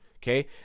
Okay